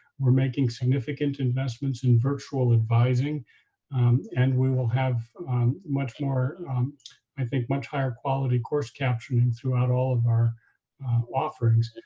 we're making significant investments in virtual advising and we will have much more i think much higher quality course captioning throughout all of our offerings,